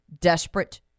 desperate